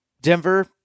Denver